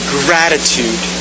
gratitude